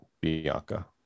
Bianca